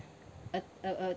a a a